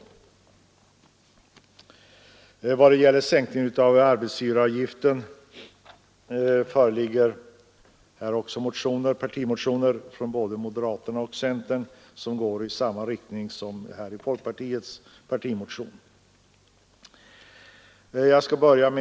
Vad gäller sänkningen av arbetsgivaravgiften föreligger också partimotioner från moderaterna och centern, som går i samma riktning som folkpartiets partimotion.